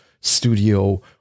studio